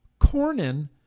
Cornyn